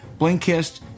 Blinkist